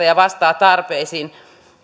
ja vastaavat tarpeisiin